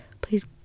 please